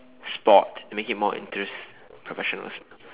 sport to make it more interest~ professional